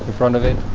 front of it.